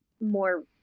more